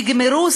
נגמרו,